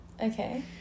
Okay